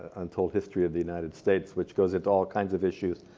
untold history of the united states, which goes into all kinds of issues